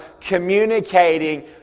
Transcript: communicating